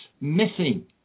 missing